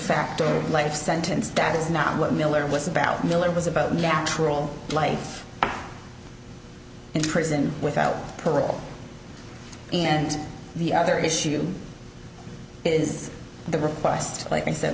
defacto life sentence that is not what miller was about miller was about natural life in prison without parole and the other issue is the request like i said